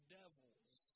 devils